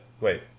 Wait